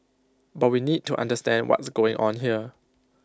but we need to understand what's going on here